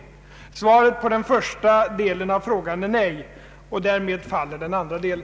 Svaret på den första delen av frågan är nej, och därmed faller den andra delen.